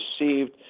received